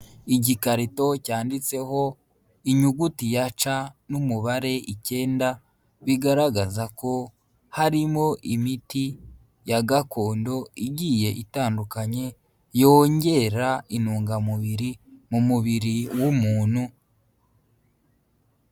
Igikarito cyanditseho inyuguti ya c n'umubare ikenda, bigaragaza ko harimo imiti ya gakondo igiye itandukanye, yongera intungamubiri mu mubiri w'umuntu.